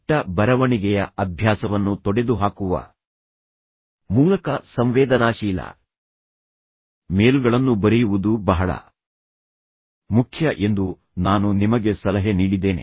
ಮತ್ತು ಕೆಟ್ಟ ಬರವಣಿಗೆಯ ಅಭ್ಯಾಸವನ್ನು ತೊಡೆದುಹಾಕುವ ಮೂಲಕ ಸಂವೇದನಾಶೀಲ ಮೇಲ್ಗಳನ್ನು ಬರೆಯುವುದು ಬಹಳ ಮುಖ್ಯ ಎಂದು ನಾನು ನಿಮಗೆ ಸಲಹೆ ನೀಡಿದ್ದೇನೆ